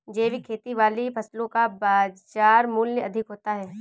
जैविक खेती वाली फसलों का बाज़ार मूल्य अधिक होता है